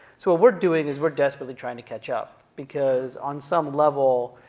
so what we're doing is we're desperately trying to catch up because on some level,